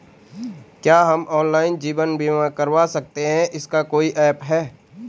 क्या हम ऑनलाइन जीवन बीमा करवा सकते हैं इसका कोई ऐप है?